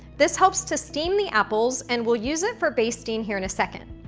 this helps to steam the apples and we'll use it for basting here in a second.